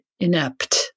inept